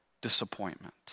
disappointment